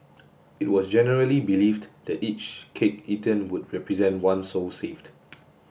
it was generally believed that each cake eaten would represent one soul saved